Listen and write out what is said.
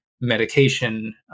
medication